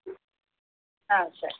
సరే